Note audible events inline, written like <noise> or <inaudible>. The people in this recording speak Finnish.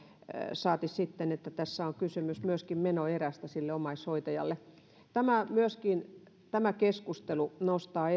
saati sitten että tässä on kysymys myöskin menoerästä sille omaishoitajalle myöskin tämä keskustelu nostaa <unintelligible>